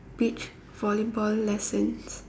beach volleyball lessons